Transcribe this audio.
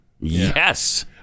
Yes